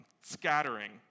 scattering